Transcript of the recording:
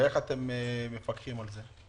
איך אתם מפקחים על זה?